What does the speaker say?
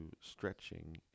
stretching